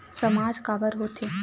सामाज काबर हो थे?